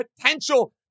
potential